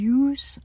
use